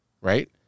right